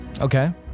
Okay